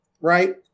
right